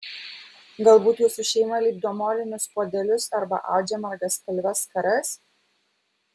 galbūt jūsų šeima lipdo molinius puodelius arba audžia margaspalves skaras